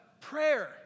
Prayer